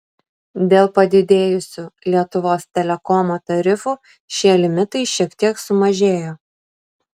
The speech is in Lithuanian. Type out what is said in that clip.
dėl padidėjusių lietuvos telekomo tarifų šie limitai šiek tiek sumažėjo